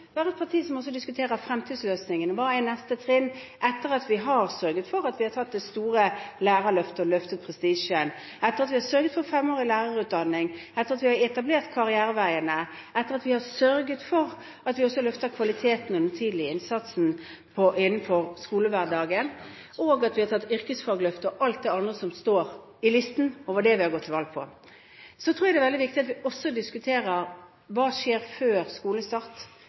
et parti som også diskuterer fremtidsløsninger: Hva er neste trinn etter at vi har sørget for å ta det store lærerløftet og løftet prestisjen, etter at vi har sørget for femårig lærerutdanning, etter at vi har etablert karriereveiene, etter at vi har sørget for også å løfte kvaliteten og den tidlige innsatsen i skolehverdagen, etter at vi har tatt yrkesfagløftet og alt det andre som står på listen over det vi har gått til valg på? Så tror jeg at det er veldig viktig at vi også diskuterer hva som skjer før skolestart,